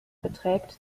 beträgt